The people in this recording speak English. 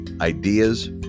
Ideas